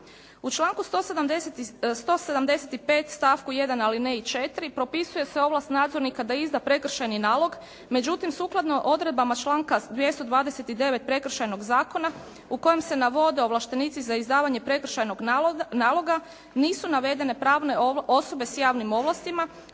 U članku 175. stavku 1. alineji 4. propisuje se ovlast nadzornika da izda prekršajni nalog, međutim sukladno odredbama članka 229. Prekršajnog zakona u kojem se navode ovlaštenici za izdavanje prekršajnog naloga nisu navedene pravne osobe s javnim ovlastima,